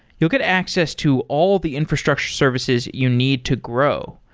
you'll get access to all the infrastructure services you need to grow.